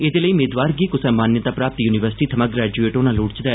एह्दे लेई मेदवार गी कुसा मान्यताप्राप्त युनिवर्सिटी थमा ग्रैजुएट होना लोड़चदा